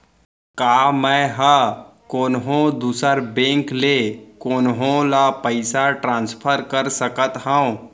का मै हा कोनहो दुसर बैंक ले कोनहो ला पईसा ट्रांसफर कर सकत हव?